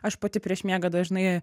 aš pati prieš miegą dažnai